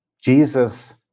Jesus